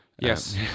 Yes